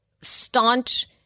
staunch